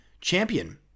champion